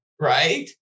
right